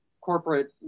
corporate